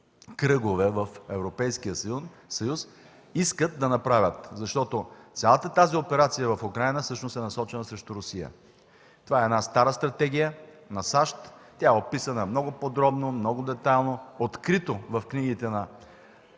кръгове в Европейския съюз искат да направят, защото цялата тази операция в Украйна всъщност е насочена срещу Русия. Това е стара стратегия на САЩ, описана много подробно, много детайлно, открито в книгите на